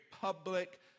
public